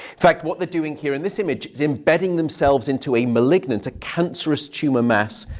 fact, what they're doing here in this image is embedding themselves into a malignant, a cancerous tumor mass,